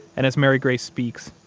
and as mary grace speaks,